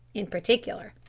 in particular.